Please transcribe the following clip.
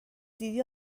دیدی